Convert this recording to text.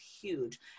huge